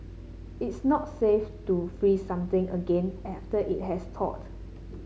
it's not safe to freeze something again after it has thawed